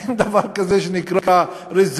אין דבר כזה שנקרא "רזרבות".